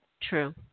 True